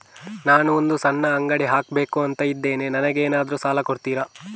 ನಾನು ಒಂದು ಸಣ್ಣ ಅಂಗಡಿ ಹಾಕಬೇಕುಂತ ಇದ್ದೇನೆ ನಂಗೇನಾದ್ರು ಸಾಲ ಕೊಡ್ತೀರಾ?